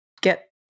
get